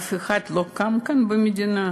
ואף אחד לא קם כאן במדינה?